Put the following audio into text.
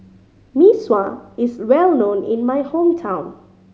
Mee Sua is well known in my hometown